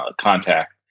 contact